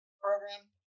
program